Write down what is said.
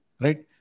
Right